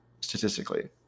statistically